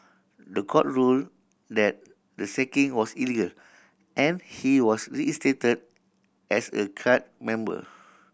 the court ruled that the sacking was illegal and he was reinstated as a cadre member